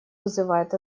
вызывает